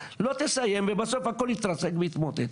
לא תסיים ובסוף הכל יתרסק ויתמוטט,